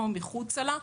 או מחוצה לה,